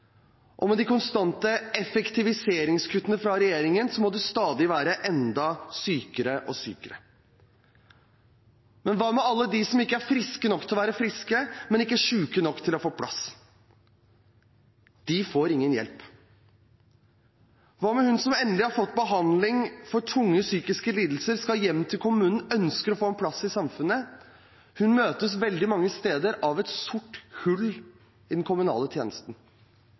og med de konstante effektiviseringskuttene fra regjeringen må man stadig være enda sykere. Men hva med alle dem som ikke er friske nok til å være friske, men ikke syke nok til å få plass? De får ingen hjelp. Hva med hun som endelig har fått behandling for tunge psykiske lidelser, som skal hjem til kommunen og ønsker å få en plass i samfunnet? Hun møtes veldig mange steder av et sort hull i den kommunale tjenesten.